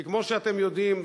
כי כמו שאתם יודעים,